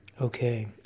Okay